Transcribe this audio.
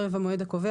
ערב המועד הקובע,